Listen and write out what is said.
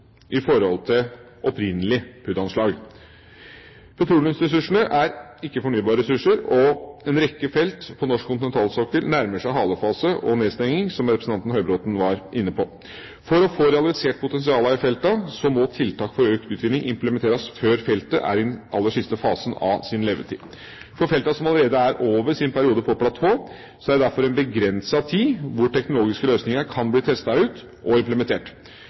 i forhold til opprinnelig PUD-anslag. Petroleumsressursene er ikke-fornybare ressurser, og en rekke felt på norsk kontinentalsokkel nærmer seg halefase og nedstenging, som representanten Høybråten var inne på. For å få realisert potensialene i feltene må tiltak for økt utvinning implementeres før feltet er i den aller siste fasen av sin levetid. For feltene som allerede er over sin periode på platå, er det derfor en begrenset tid hvor teknologiske løsninger kan bli testet ut og implementert.